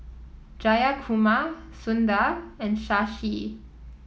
Jayakumar Sundar and Shashi